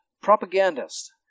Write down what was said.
propagandist